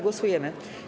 Głosujemy.